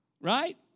Right